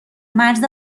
مرز